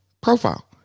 profile